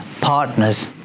partners